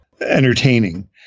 entertaining